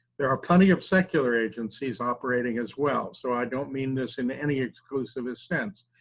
there are plenty of secular agencies operating as well, so i don't mean this in any exclusivist sense,